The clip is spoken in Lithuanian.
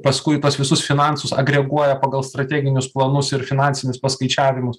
paskui tuos visus finansus agreguoja pagal strateginius planus ir finansinius paskaičiavimus